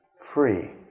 free